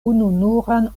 ununuran